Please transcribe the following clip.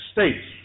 States